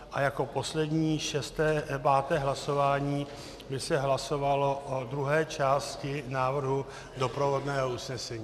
A jako poslední, páté hlasování by se hlasovalo o druhé části návrhu doprovodného usnesení.